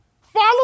Follow